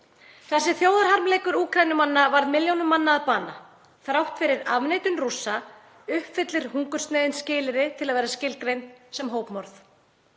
Þessi þjóðarharmleikur Úkraínumanna varð milljónum manna að bana. Þrátt fyrir afneitun Rússa uppfyllir hungursneyðin skilyrði til að vera skilgreind sem hópmorð.